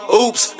oops